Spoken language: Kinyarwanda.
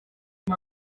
iyo